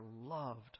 loved